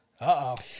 uh-oh